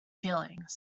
feelings